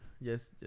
Yes